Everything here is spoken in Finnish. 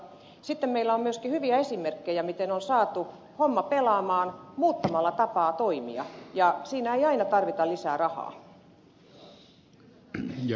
sitten meillä on myöskin hyviä esimerkkejä miten on saatu homma pelaamaan muuttamalla tapaa toimia ja siinä ei aina tarvita lisää rahaa